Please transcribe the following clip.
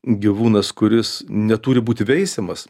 gyvūnas kuris neturi būti veisiamas